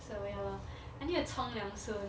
so ya lor I need to 冲凉 soon